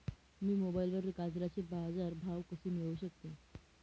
मी मोबाईलवर गाजराचे बाजार भाव कसे मिळवू शकतो?